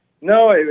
No